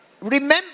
remember